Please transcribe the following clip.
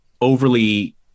overly